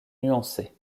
nuancée